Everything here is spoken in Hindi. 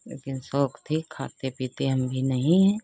लेकिन शौक थी खाते पीते हम भी नहीं हैं